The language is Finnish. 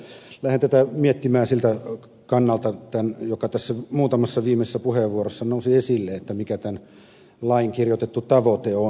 lähden tätä miettimään siltä kannalta mikä tässä muutamassa viimeisessä puheenvuorossa nousi esille mikä tämän lain kirjoitettu tavoite on